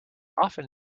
often